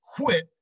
quit